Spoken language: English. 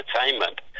entertainment